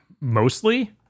mostly